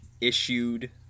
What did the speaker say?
issued